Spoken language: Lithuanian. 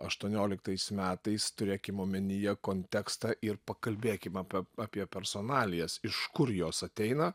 aštuonioliktais metais turėkim omenyje kontekstą ir pakalbėkim apie apie personalijas iš kur jos ateina